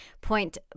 point